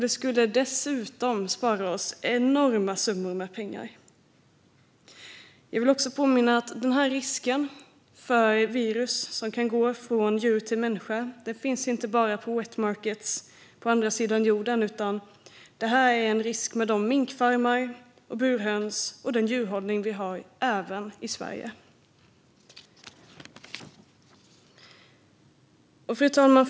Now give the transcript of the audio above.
Det skulle dessutom spara oss enorma summor pengar. Jag vill också påminna om att risken för virus som kan gå från djur till människa inte bara finns på wetmarkets på andra sidan jorden, utan det är en risk också med minkfarmer och burhöns och med den djurhållning vi har även i Sverige. Fru talman!